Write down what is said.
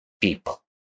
people